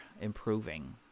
improving